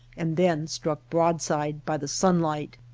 and then struck broadside by the sunlight.